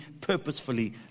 purposefully